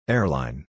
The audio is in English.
Airline